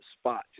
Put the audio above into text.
spot